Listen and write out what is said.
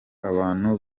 abantu